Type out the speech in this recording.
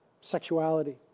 Sexuality